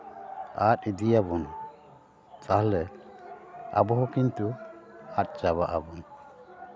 ᱟᱫᱽ ᱤᱫᱤᱭᱟᱵᱚᱱ ᱛᱟᱦᱚᱞᱮ ᱟᱵᱚᱦᱚᱸ ᱠᱤᱱᱛᱩ ᱟᱫᱽ ᱪᱟᱵᱟᱜ ᱟᱵᱚᱱ